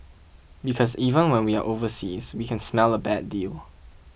because even when we are overseas we can smell a bad deal